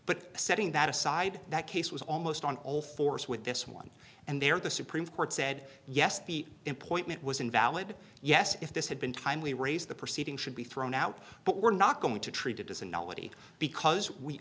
but setting that aside that case was almost on all fours with this one and there the supreme court said yes the employment was invalid yes if this had been timely raise the proceeding should be thrown out but we're not going to treat it as a nutty because we